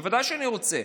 ודאי שאני רוצה.